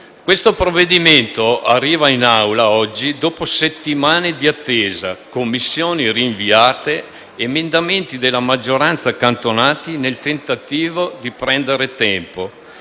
questo provvedimento arriva in Aula oggi dopo settimane di attesa, Commissioni rinviate ed emendamenti della maggioranza accantonati nel tentativo di prendere tempo